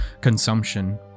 consumption